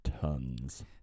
Tons